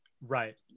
right